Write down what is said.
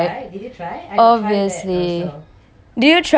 obviously did you try doing